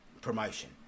promotion